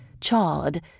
charred